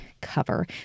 cover